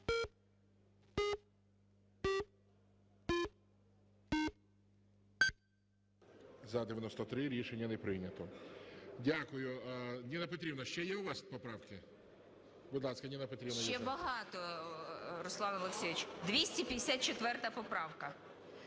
За-93 Рішення не прийнято. Дякую. Ніно Петрівно, ще є у вас поправки? Будь ласка, Ніна Петрівна. 13:55:19 ЮЖАНІНА Н.П. Ще багато, Руслане Олексійовичу. 254 поправка.